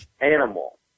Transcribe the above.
Animal